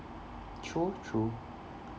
true true